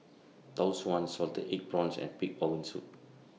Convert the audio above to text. Tau Suan Salted Egg Prawns and Pig Organ Soup